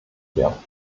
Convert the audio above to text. werden